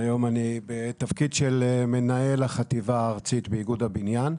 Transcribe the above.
אני מנהל החטיבה הארצית באיגוד הבניין.